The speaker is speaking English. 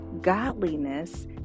godliness